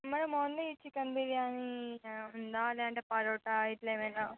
madam only chicken biryani ఉందా లేదంటే పరోటా ఇట్లా ఏమైనా